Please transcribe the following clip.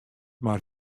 mar